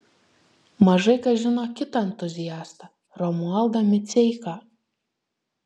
mažai kas žino kitą entuziastą romualdą miceiką